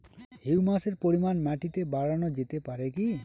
হিউমাসের পরিমান মাটিতে বারানো যেতে পারে কি?